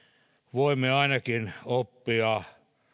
voimme ainakin oppia